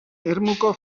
ermuko